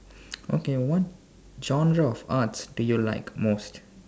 okay what genre of arts do you like most